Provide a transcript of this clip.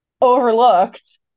Overlooked